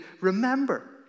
remember